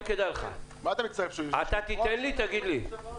תגיד לי.